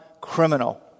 criminal